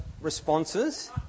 responses